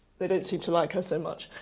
they don't seem to like her so much.